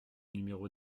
numéro